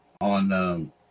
on